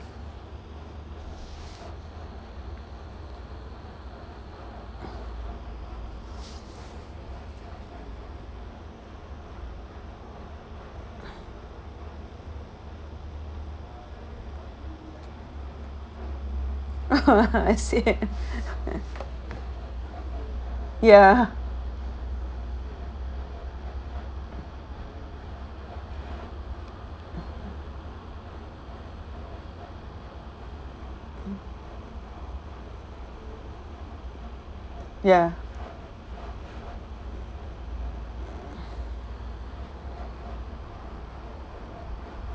I see ya ya